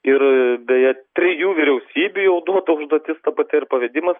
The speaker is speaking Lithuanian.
ir beje trijų vyriausybių jau duota užduotis ta pati ir pavedimas